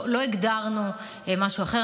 לא הגדרנו משהו אחר.